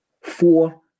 Four